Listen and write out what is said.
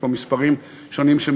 מסתובבים פה מספרים שונים,